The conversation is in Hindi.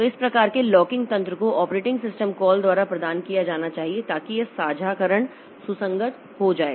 तो इस प्रकार के लॉकिंग तंत्र को ऑपरेटिंग सिस्टम कॉल द्वारा प्रदान किया जाना चाहिए ताकि यह साझाकरण सुसंगत हो जाए